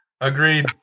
Agreed